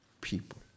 people